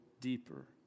deeper